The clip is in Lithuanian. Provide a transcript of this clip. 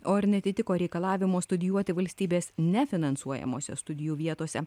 o ir neatitiko reikalavimo studijuoti valstybės nefinansuojamose studijų vietose